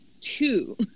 Two